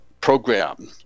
program